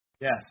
Yes